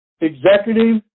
executive